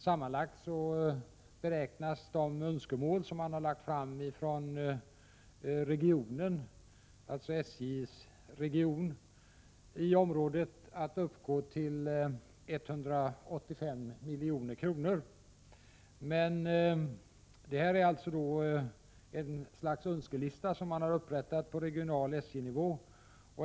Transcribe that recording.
Sammanlagt beräknas de önskemål som har framförts från SJ-regionen uppgå till 185 milj.kr. Det är alltså fråga om ett slags önskelista som man upprättat på regional SJ-nivå.